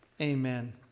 amen